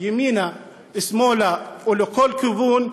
ימינה ושמאלה ולכל כיוון,